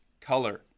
color